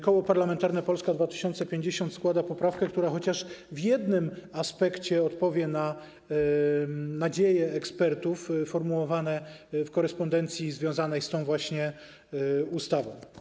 Koło Parlamentarne Polska 2050 składa poprawkę, która chociaż w jednym aspekcie odpowie na nadzieje ekspertów formułowane w korespondencji związanej z tą ustawą.